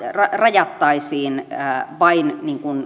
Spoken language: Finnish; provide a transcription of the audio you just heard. rajattaisiin vain